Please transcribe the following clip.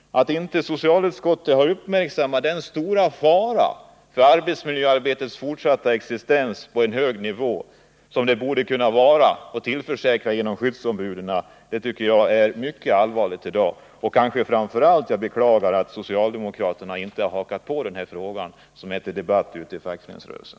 Att inte socialutskottet har uppmärksammat den stora fara för arbetsmiljöarbetets fortsatta bedrivande i en hög utsträckning, något som skyddsombuden borde vara en garanti för, tycker jag är mycket allvarligt. Kanske beklagar jag framför allt att socialdemokraterna inte tagit fasta på denna fråga, som är föremål för debatt ute i fackföreningsrörelsen.